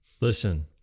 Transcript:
Listen